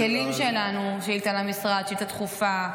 הכלים שלנו, שאילתה למשרד, שאילתה דחופה,